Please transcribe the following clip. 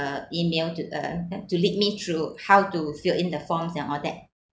the email to uh to lead me through how to fill in the forms and all that